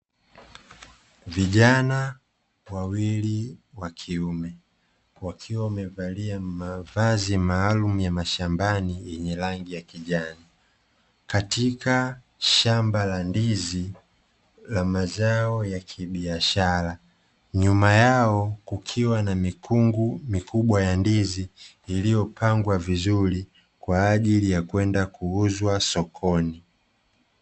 Vijana wawili wa kiume wakiwa wamevalia mavazi maalumu ya mashambani yenye rangi ya kijani katika shamba la ndizi la mazao ya kibiashara. Nyuma yao kukiwa na mikungu mikubwa ya ndizi iliyopangwa vizuri kwa ajili ya kwenda kuuzwa sokoni.